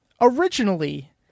Originally